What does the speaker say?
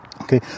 okay